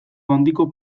handiko